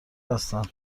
هستن